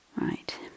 Right